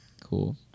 cool